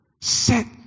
set